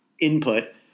input